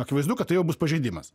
akivaizdu kad tai jau bus pažeidimas